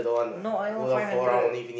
not even five hundred